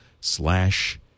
slash